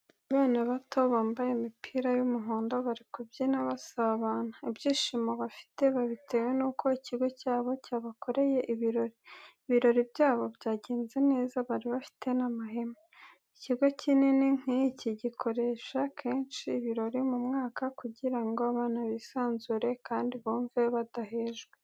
Abana bato bambaye imipira y'umuhondo bari kubyina basabana, ibyishimo bafite babitewe n'uko ikigo cyabo cyabakoreye ibirori. Ibirori byabo byagenze neza bari bafite n'amahema. Ikigo kinini nk'iki gikoresha kenshi ibirori mu mwaka kugira ngo abana bisanzure kandi bumve badahejwe.